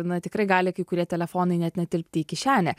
na tikrai gali kai kurie telefonai net netilpti į kišenę